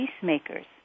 peacemakers